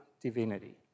divinity